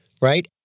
Right